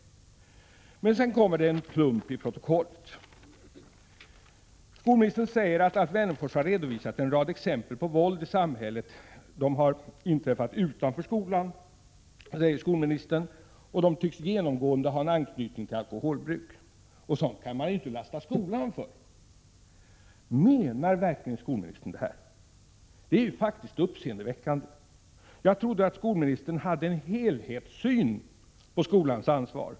Men sedan kommer det en plump i protokollet. Skolministern säger: ”Alf Wennerfors har i sin interpellation redovisat en rad exempel på våld i samhället. Praktiskt taget samtliga av dessa händelser har inträffat utanför skolan och tycks genomgående ha anknytning till alkoholbruk. Problem och företeelser av det slaget kan man enligt min mening inte lasta skolan för.” Menar verkligen skolministern detta? Det är faktiskt uppseendeväckande. Jag trodde att skolministern hade en helhetssyn på frågan om skolans ansvar.